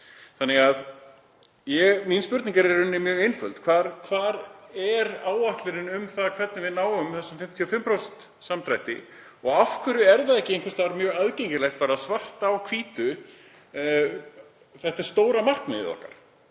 samdrátt. Mín spurning er mjög einföld: Hvar er áætlunin um það hvernig við náum þessum 55% samdrætti? Af hverju er það ekki einhvers staðar mjög aðgengilegt, bara svart á hvítu? Þetta er stóra markmiðið okkar.